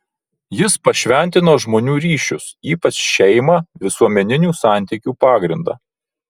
jis pašventino žmonių ryšius ypač šeimą visuomeninių santykių pagrindą